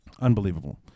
Unbelievable